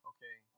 Okay